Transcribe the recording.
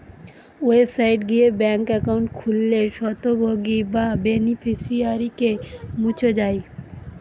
website গিয়ে bank account খুললে স্বত্বভোগী বা বেনিফিশিয়ারিকে মুছ যায়